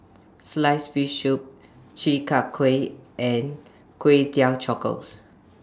Sliced Fish Soup Chi Kak Kuih and Kway Teow